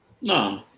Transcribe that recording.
No